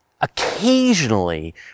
Occasionally